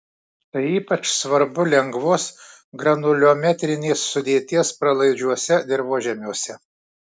tai ypač svarbu lengvos granuliometrinės sudėties pralaidžiuose dirvožemiuose